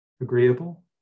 agreeable